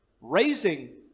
raising